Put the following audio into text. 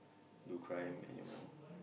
do crime anymore